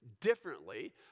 differently